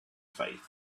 faith